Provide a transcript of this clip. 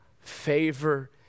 favor